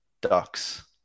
ducks